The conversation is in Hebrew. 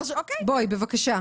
בואי, בבקשה.